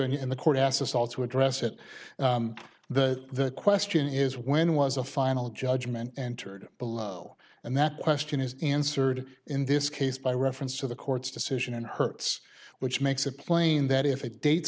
and the court asked us all to address it the question is when was a final judgment entered below and that question is answered in this case by reference to the court's decision and hertz which makes it plain that if it date